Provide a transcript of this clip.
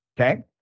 Okay